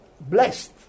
blessed